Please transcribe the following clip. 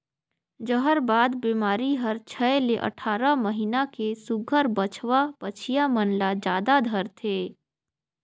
जहरबाद बेमारी हर छै ले अठारह महीना के सुग्घर बछवा बछिया मन ल जादा धरथे